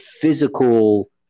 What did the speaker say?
physical